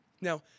Now